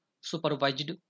supervised